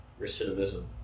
recidivism